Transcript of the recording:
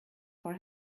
for